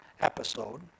episode